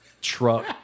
truck